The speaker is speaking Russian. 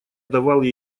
давал